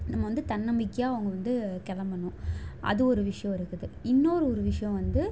நம்ம வந்து தன்னம்பிக்கையாக அவங்க வந்து கிளம்பணும் அது ஒரு விஷயம் இருக்குது இன்னொரு ஒரு விஷயம் வந்து